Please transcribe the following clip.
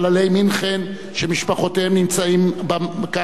שמשפחותיהם נמצאות כאן ביציע האורחים.